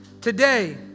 Today